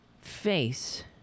face